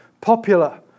popular